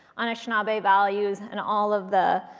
anishinaabeg values, and all of the